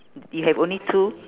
you have only two